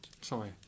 Sorry